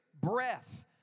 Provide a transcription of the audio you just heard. breath